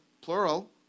plural